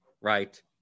Right